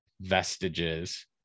vestiges